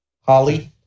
Holly